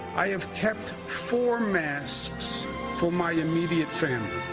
i have kept four masks for my immediate family.